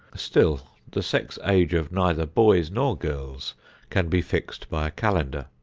still the sex age of neither boys nor girls can be fixed by a calendar.